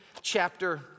chapter